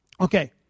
Okay